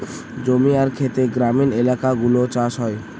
জমি আর খেতে গ্রামীণ এলাকাগুলো চাষ হয়